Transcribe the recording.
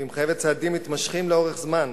והיא מחייבת צעדים מתמשכים לאורך זמן.